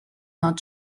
not